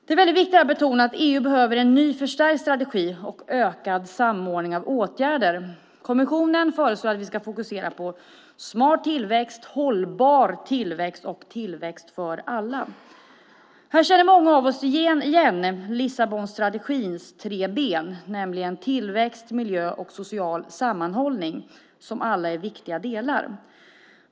Det är väldigt viktigt att betona att EU behöver en ny förstärkt strategi och en ökad samordning av åtgärder. Kommissionen föreslår att vi ska fokusera på smart tillväxt, hållbar tillväxt och tillväxt för alla. Här känner många av oss igen Lissabonstrategins tre ben, nämligen tillväxt, miljö och social sammanhållning, som alla är viktiga delar.